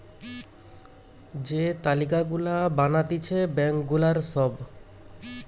যে তালিকা গুলা বানাতিছে ব্যাঙ্ক গুলার সব